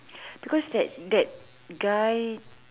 because that that guy